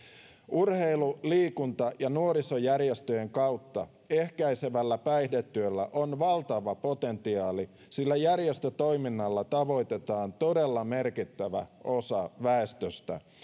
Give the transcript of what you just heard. urheilu liikunta ja nuorisojärjestöjen kautta ehkäisevällä päihdetyöllä on valtava potentiaali sillä järjestötoiminnalla tavoitetaan todella merkittävä osa väestöstä